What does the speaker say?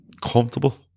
comfortable